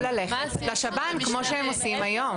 או ללכת לשב"ן, כמו שהם עושים היום.